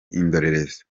indorerezi